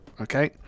Okay